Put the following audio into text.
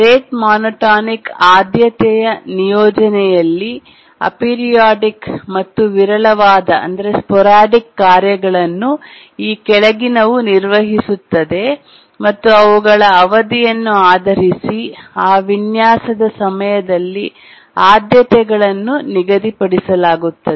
rate monotonic ಆದ್ಯತೆಯ ನಿಯೋಜನೆಯಲ್ಲಿ aperiodic ಮತ್ತು ವಿರಳವಾದ ಸ್ಪೊರಾದೀಕ್ ಕಾರ್ಯಗಳನ್ನು ಈ ಕೆಳಗಿನವು ನಿರ್ವಹಿಸುತ್ತದೆ ಮತ್ತು ಅವುಗಳ ಅವಧಿಯನ್ನು ಆಧರಿಸಿ ಆ ವಿನ್ಯಾಸದ ಸಮಯದಲ್ಲಿ ಆದ್ಯತೆಗಳನ್ನು ನಿಗದಿಪಡಿಸಲಾಗುತ್ತದೆ